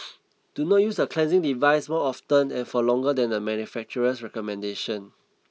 do not use the cleansing devices more often and for longer than the manufacturer's recommendations